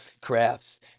crafts